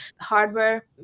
hardware